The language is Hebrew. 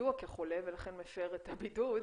ידוע כחולה ולכן מפר את הבידוד,